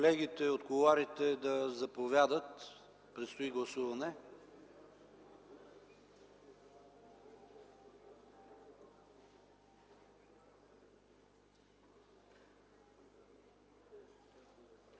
Колегите от кулоарите да заповядат – предстои гласуване.